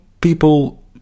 people